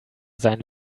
sein